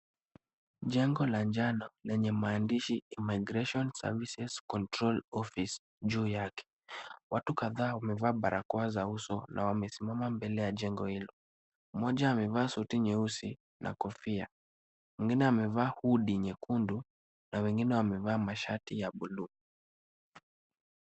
Jengo la njano lenye maandishi immigration services control office juu yake. Watu kadhaa wamevaa barakoa za uso na wamesimama mbele ya jengo hilo. Mmoja amevaa suti nyeusi na kofia. Mwingine amevaa hoodie nyekundu na wengine wamevaa mashati ya buluu.